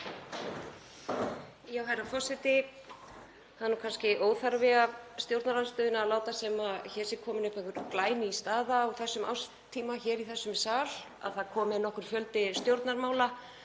Herra forseti. Það er nú kannski óþarfi af stjórnarandstöðunni að láta sem hér sé komin upp einhver glæný staða á þessum árstíma í þessum sal, að það komi nokkur fjöldi stjórnarmála